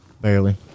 Barely